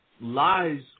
lies